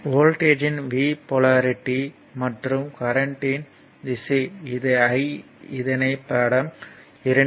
வோல்ட்டேஜ்யின் V polarity மற்றும் கரண்ட்யின் திசை I இதனை படம் 2